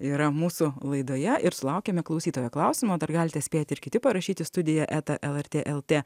yra mūsų laidoje ir sulaukėme klausytojo klausimo dar galite spėti ir kiti parašyti studija eta lrt lt